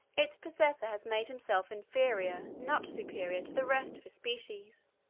its possessor has made himself inferior, not superior, to the rest of his species,